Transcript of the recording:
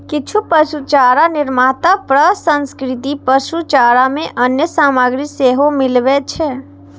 किछु पशुचारा निर्माता प्रसंस्कृत पशुचारा मे अन्य सामग्री सेहो मिलबै छै